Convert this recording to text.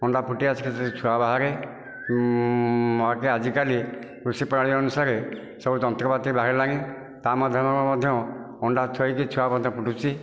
ଅଣ୍ଡା ଫୁଟି ଆସିକି ସେଥିରୁ ଛୁଆ ବାହାରେ ଆଜିକାଲି କୃଷିପ୍ରଣାଳୀ ଅନୁସାରେ ସବୁ ଯନ୍ତ୍ରପାତି ବାହାରିଲାଣି ତା' ମାଧ୍ୟମରେ ମଧ୍ୟ ଅଣ୍ଡା ଥୁଆହୋଇକି ଛୁଆ ମଧ୍ୟ ଫୁଟୁଛି